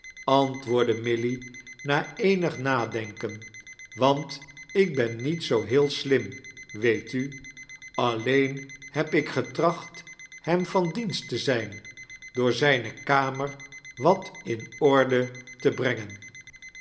antwordde mjlly na eenig nadenken want ik ben niet zoo heel slim weet u alleen heb ik getraeht hem van dienst te zijn door zijne kamer wat in ordle te brengen